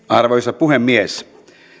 arvoisa puhemies